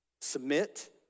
submit